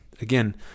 again